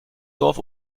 dorf